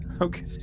Okay